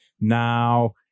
Now